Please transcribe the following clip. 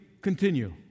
continue